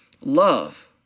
love